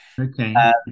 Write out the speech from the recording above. Okay